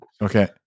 okay